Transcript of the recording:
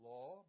Law